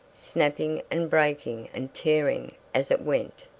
snapping and breaking and tearing as it went,